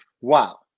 Wow